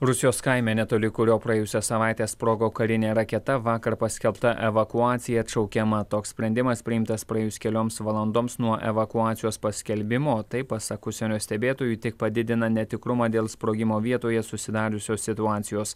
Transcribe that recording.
rusijos kaime netoli kurio praėjusią savaitę sprogo karinė raketa vakar paskelbta evakuacija atšaukiama toks sprendimas priimtas praėjus kelioms valandoms nuo evakuacijos paskelbimo o tai pasak užsienio stebėtojų tik padidina netikrumą dėl sprogimo vietoje susidariusios situacijos